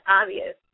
obvious